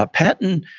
ah patton,